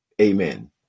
Amen